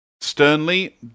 sternly